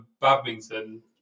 badminton